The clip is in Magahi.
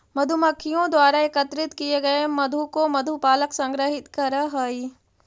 मधुमक्खियों द्वारा एकत्रित किए गए मधु को मधु पालक संग्रहित करअ हई